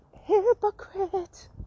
hypocrite